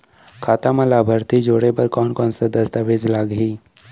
खाता म लाभार्थी जोड़े बर कोन कोन स दस्तावेज लागही?